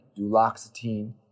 duloxetine